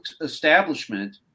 establishment